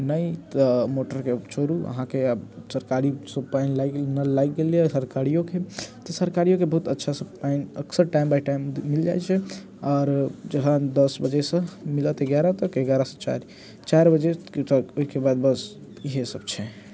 नहि तऽ मोटरके छोड़ू अहाँके आब सरकारी पानि लागि नल लागि गेल यऽ सरकारियोके तऽ सरकारियोके बहुत अच्छासँ पानि अक्सर टाइम बाइ टाइम मिल जाइ छै आओर जहन दस बजेसँ मिलत एगारह तक एगारहसँ चारि चारि बजे ओइके बाद बस इहे सब छै